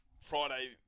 Friday